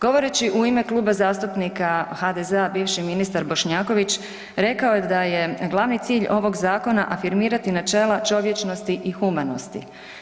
Govoreći u ime Kluba zastupnika HDZ-a bivši ministar Bošnjaković rekao je da je glavni cilj ovog zakona afirmirati načela čovječnosti i humanosti.